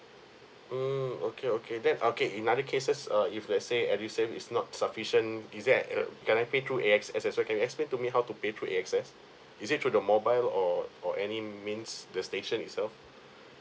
mm okay okay that okay in other cases uh if let's say edu save is not sufficient is there uh can I pay through A S X as well can you explain to me how to pay through A S X is it through the mobile or or any means the station itself